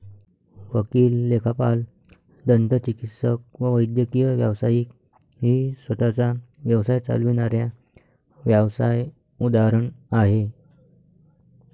वकील, लेखापाल, दंतचिकित्सक व वैद्यकीय व्यावसायिक ही स्वतः चा व्यवसाय चालविणाऱ्या व्यावसाय उदाहरण आहे